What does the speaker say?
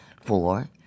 For